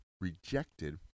rejected